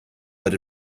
but